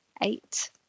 eight